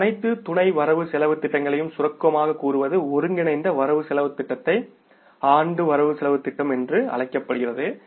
அந்த அனைத்து துணை வரவு செலவுத் திட்டங்களையும் சுருக்கமாக ஒருங்கிணைந்த ஆண்டு வரவு செலவுத் திட்டம் என்று அழைக்கப்படுகிறது